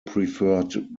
preferred